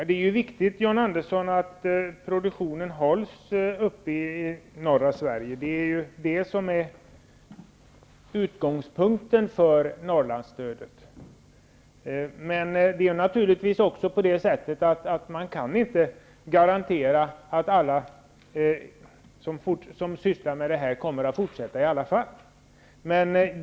Herr talman! Det är viktigt att produktionen hålls uppe i norra Sverige. Det är utgångspunkten för Norrlandsstödet. Men man kan inte garantera att alla som sysslar med jordbruk kommer att fortsätta.